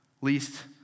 least